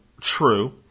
true